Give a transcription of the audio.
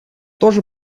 тоже